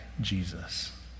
Jesus